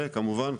וכמובן,